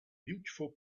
beautiful